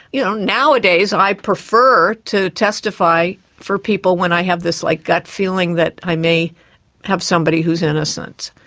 you know nowadays i prefer to testify for people when i have this like gut feeling that i may have somebody who is innocent.